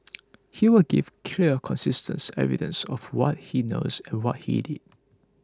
he will give clear consistence evidence of what he knows and what he did